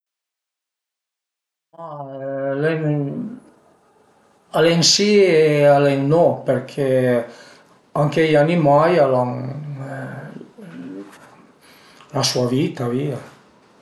Ma al e ün si e al e ün no perché anche i animai al an la sua vita via